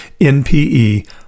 npe